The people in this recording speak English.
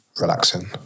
relaxing